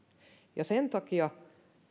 sen takia